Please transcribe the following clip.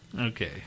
okay